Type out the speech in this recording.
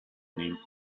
name